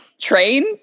train